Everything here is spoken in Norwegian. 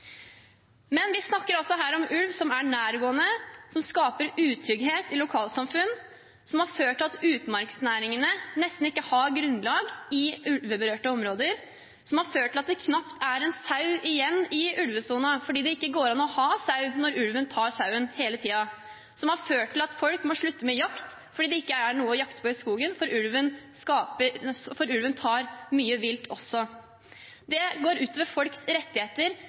Vi snakker altså her om ulv som er nærgående, som skaper utrygghet i lokalsamfunn, som har ført til at utmarksnæringene nesten ikke har grunnlag i ulveberørte områder, som har ført til at det knapt er en sau igjen i ulvesonen, fordi det ikke går an å ha sau når ulven tar sauen hele tiden, som har ført til at folk må slutte med jakt fordi det ikke er noe å jakte på i skogen, for ulven tar mye vilt også. Det går ut over folks rettigheter,